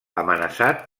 amenaçat